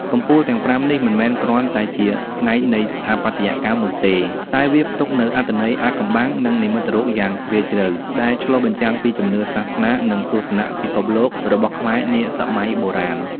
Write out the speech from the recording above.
កំពូលទាំងប្រាំនេះមិនមែនគ្រាន់តែជាផ្នែកនៃស្ថាបត្យកម្មនោះទេ តែវាផ្ទុកនូវអត្ថន័យអាថ៌កំបាំង និងនិមិត្តរូបយ៉ាងជ្រាលជ្រៅ ដែលឆ្លុះបញ្ចាំងពីជំនឿសាសនា និងទស្សនៈពិភពលោករបស់ខ្មែរនាសម័យបុរាណ។